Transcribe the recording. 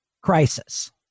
crisis